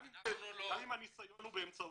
גם אם הניסיון הוא באמצעותנו.